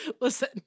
Listen